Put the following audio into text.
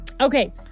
Okay